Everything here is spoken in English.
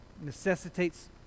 necessitates